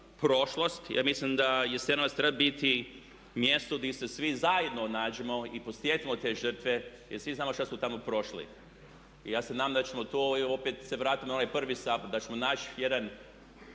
Ja mislim da bi Jasenovac trebao biti mjesto gdje se svi zajedno nađemo i posjetimo te žrtve jer svi znamo šta su tamo prošli. I ja se nadam da ćemo to i opet se vratimo na onaj prvi …/Govornik se